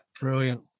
Brilliant